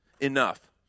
enough